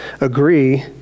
agree